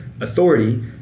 authority